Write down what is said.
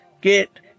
get